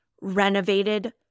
renovated